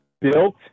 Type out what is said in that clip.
built